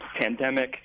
pandemic